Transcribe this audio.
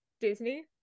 disney